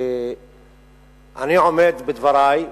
ואני עומד בדברי,